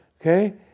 Okay